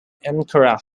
ankara